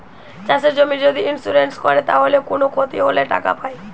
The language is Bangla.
চাষের জমির যদি ইন্সুরেন্স কোরে তাইলে কুনো ক্ষতি হলে টাকা পায়